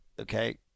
Okay